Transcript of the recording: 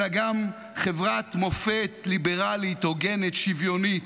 אלא גם חברת מופת ליברלית, הוגנת ושוויונית.